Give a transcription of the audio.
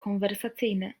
konwersacyjny